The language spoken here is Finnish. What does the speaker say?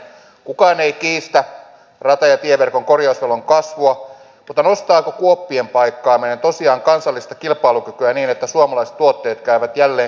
kukaan ei kiistä rata ja tieverkon korjausvelan kasvua mutta nostaako kuoppien paikkaaminen tosiaan kansallista kilpailukykyä niin että suomalaiset tuotteet käyvät jälleen kaupaksi